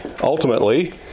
ultimately